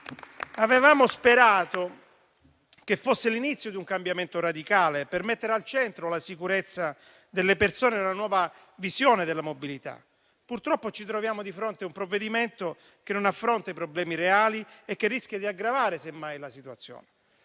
Avevamo sperato che fosse l'inizio di un cambiamento radicale per mettere al centro la sicurezza delle persone nella nuova visione della mobilità. Purtroppo ci troviamo di fronte a un provvedimento che non affronta i problemi reali e che rischia di aggravare semmai la situazione.